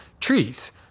trees